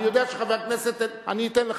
אני יודע שחבר הכנסת, אני אתן לך.